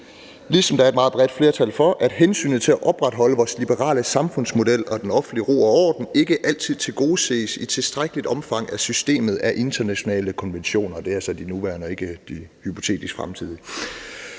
ligeledes et meget bredt flertal for, at hensynet til at opretholde vores liberale samfundsmodel og den offentlige ro og orden ikke altid tilgodeses i tilstrækkelig omfang af systemet af internationale konventioner – og det er altså de nuværende, og ikke de hypotetisk fremtidige.